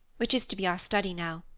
which is to be our study now.